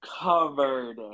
Covered